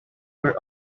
were